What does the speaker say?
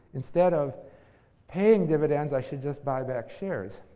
instead of paying dividends, i should just buy back shares.